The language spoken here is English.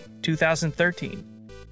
2013